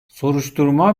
soruşturma